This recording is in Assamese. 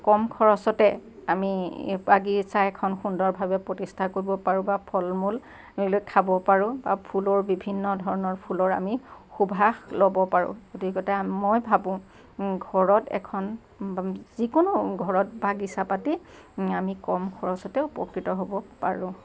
কম খৰচতে আমি বাগিচা এখন সুন্দৰ ভাৱে প্ৰতিষ্ঠা কৰিব পাৰোঁ বা ফলমূল খাব পাৰোঁ বা ফুলৰ বিভিন্ন ধৰণৰ ফুলৰ আমি সুভাস ল'ব পাৰোঁ গতিকতে মই ভাবোঁ ঘৰত এখন যিকোনো ঘৰত বাগিচা পাতি আমি কম খৰচতেও উপকৃত হ'ব পাৰোঁ